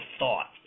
thought